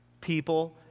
people